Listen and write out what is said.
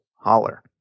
holler